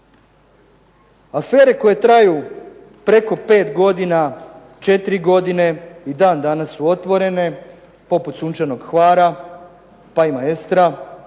Afere koje traju preko 5 godina, 4 godine i dan danas su otvorene poput Sunčanog Hvara, pa i Maestra